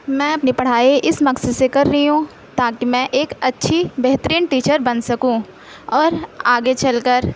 میں اپنی پڑھائی اِس مقصد سے کر رہی ہوں تاکہ میں ایک اچھی بہترین ٹیچر بن سکوں اور آگے چل کر